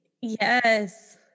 Yes